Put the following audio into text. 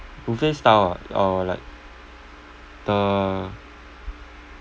buffet style ah or like the